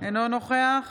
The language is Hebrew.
אינו נוכח